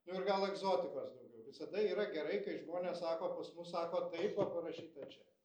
nu ir gal egzotikos daugiau visada yra gerai kai žmonės sako pas mus sako taip o parašyta čia